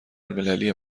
الملی